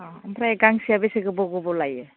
अ ओमफ्राय गांसेया बेसे गोबाव गोबाव लायो